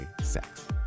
sex